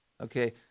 Okay